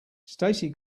stacey